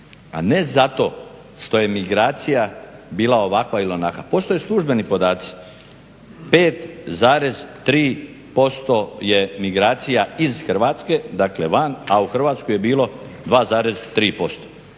a ne zato što je migracija bila ovakva ili onakva. Postoje službeni podaci – 5,3% je migracija iz Hrvatske, dakle van, a u Hrvatsku je bilo 2,3%.